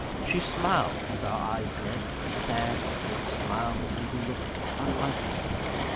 she smiled as our eyes met a sad, faint smile that made her look unlike herself.